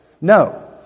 No